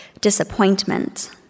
disappointment